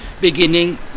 beginning